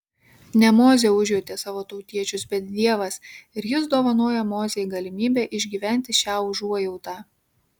ne mozė užjautė savo tautiečius bet dievas ir jis dovanoja mozei galimybę išgyventi šią užuojautą